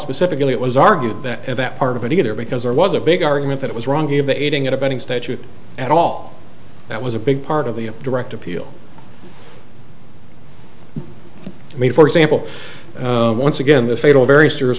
specifically it was argued that that part of it either because there was a big argument that was wrong of the aiding and abetting statute at all that was a big part of the direct appeal made for example once again the fatal very serious